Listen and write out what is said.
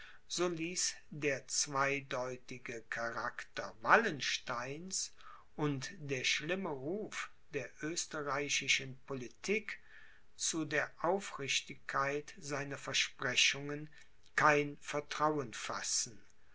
so ließ der zweideutige charakter wallensteins und der schlimme ruf der österreichischen politik zu der aufrichtigkeit seiner versprechungen kein vertrauen fassen